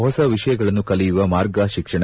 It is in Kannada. ಹೊಸ ವಿಷಯಗಳನ್ನು ಕಲಿಯುವ ಮಾರ್ಗ ಶಿಕ್ಷಣ